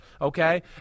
okay